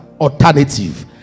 alternative